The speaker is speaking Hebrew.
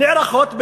נערכות,